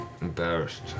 embarrassed